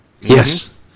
Yes